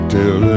Till